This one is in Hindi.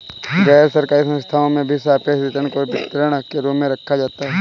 गैरसरकारी संस्थाओं में भी सापेक्ष रिटर्न को वितरण के रूप में रखा जाता है